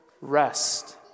Rest